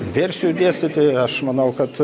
versijų dėstyti aš manau kad